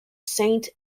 saint